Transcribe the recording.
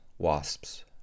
wasps